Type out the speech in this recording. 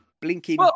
blinking